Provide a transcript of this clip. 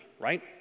right